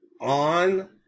on